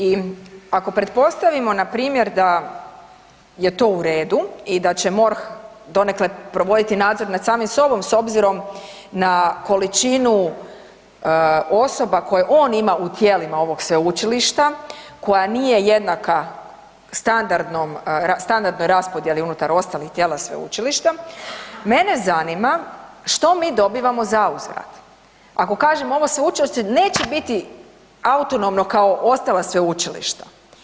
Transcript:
I ako pretpostavimo npr. da je to u redu i da će MORH donekle provoditi nadzor nad samim sobom s obzirom na količinu osoba koje on ima u tijelima ovog sveučilišta koja nije jednaka standardnoj raspodjeli unutar ostalih tijela sveučilišta, mene zanima što mi dobivamo zauzvrat ako kažemo ovo sveučilište neće biti autonomno kao ostala sveučilišta.